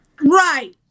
Right